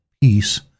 peace